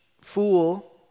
fool